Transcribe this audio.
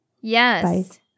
yes